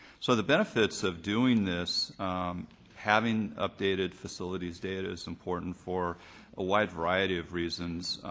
so the benefits of doing this having updated facilities data is important for a wide variety of reasons.